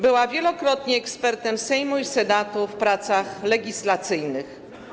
Była wielokrotnie ekspertem Sejmu i Senatu w pracach legislacyjnych.